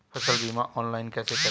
फसल बीमा ऑनलाइन कैसे करें?